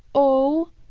oh,